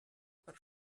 per